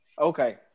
Okay